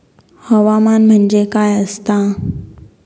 हवामान म्हणजे काय असता?